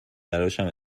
تراشم